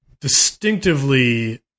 distinctively